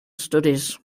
studies